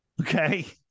okay